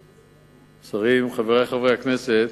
שרים, חברי חברי הכנסת,